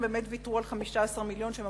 הן אכן ויתרו על 15 מיליון שקל,